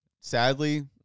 Sadly